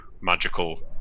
magical